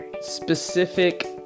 specific